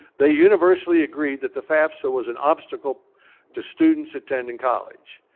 they universally agreed that the fafsa was an obstacle to students attending college.